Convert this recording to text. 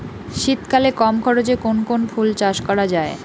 শীতকালে কম খরচে কোন কোন ফুল চাষ করা য়ায়?